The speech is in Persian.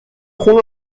خون